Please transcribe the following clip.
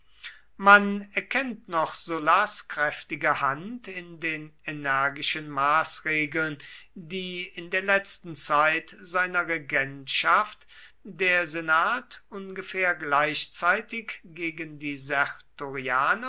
man erkennt noch sullas kräftige hand in den energischen maßregeln die in der letzten zeit seiner regentschaft der senat ungefähr gleichzeitig gegen die